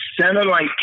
satellite